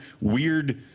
weird